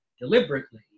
deliberately